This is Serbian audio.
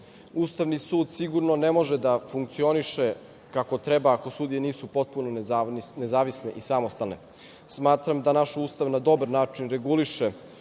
Ustavni sud sigurno ne može da funkcioniše kako treba ako sudije nisu potpuno nezavisne i samostalne. Smatram da naš Ustav na dobar način reguliše